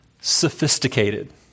sophisticated